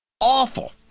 awful